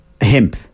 Hemp